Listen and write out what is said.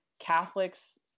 Catholics